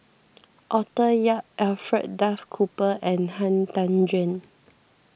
Arthur Yap Alfred Duff Cooper and Han Tan Juan